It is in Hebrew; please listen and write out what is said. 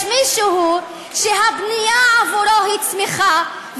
יש מישהו שהבנייה עבורו היא צמיחה,